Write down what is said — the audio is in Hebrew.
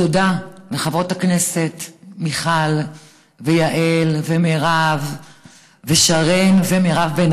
תודה לחברות הכנסת מיכל ויעל ומרב ושרן ומירב בן